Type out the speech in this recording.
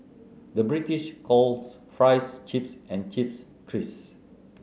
the British calls fries chips and chips crisps